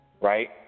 right